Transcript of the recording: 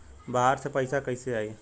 बाहर से पैसा कैसे आई?